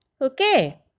Okay